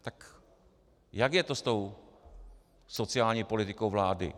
Tak jak je to s tou sociální politikou vlády?